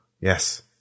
yes